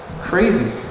Crazy